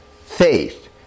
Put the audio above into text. faith